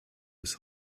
bis